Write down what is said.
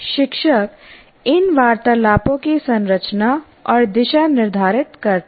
शिक्षक इन वार्तालापों की संरचना और दिशा निर्धारित करता है